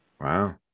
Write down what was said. Wow